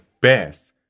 best